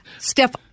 Steph